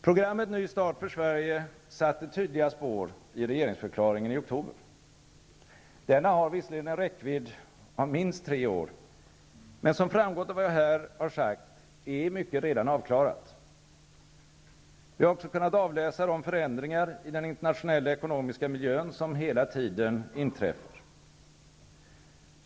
Programmet ''Ny start för Sverige'' satte tydliga spår i regeringsförklaringen i oktober. Denna har visserligen en räckvidd av minst tre år, men som framgått av vad jag här har sagt är mycket redan avklarat. Vi har också kunnat avläsa de förändringar i den internationella ekonomiska miljön som hela tiden inträffar.